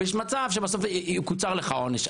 יש מצב שבסוף יקוצר לך העונש.